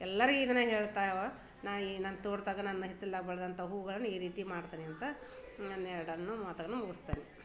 ಎಲ್ಲರ್ಗೆ ಇದನ್ನ ಹೇಳ್ತಾವ ನಾ ಈ ನನ್ನ ತೋಟದಾಗ ನನ್ನ ಹಿತ್ತಲ್ದಾಗ ಬೆಳೆದಂಥ ಹೂವುಗಳನ್ನು ಈ ರೀತಿ ಮಾಡ್ತೀನಿ ಅಂತ ನನ್ನ ಎರಡನ್ನು ಮಾತನ್ನು ಮುಗಿಸ್ತೇನೆ